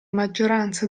maggioranza